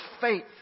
faith